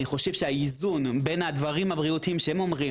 אני חושב שהאיזון בין הדברים הבריאותיים שהם אומרים